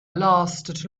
lasted